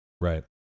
right